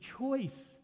choice